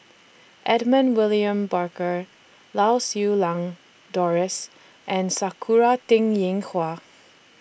Edmund William Barker Lau Siew Lang Doris and Sakura Teng Ying Hua